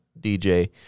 DJ